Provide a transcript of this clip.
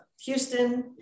Houston